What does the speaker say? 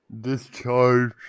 Discharge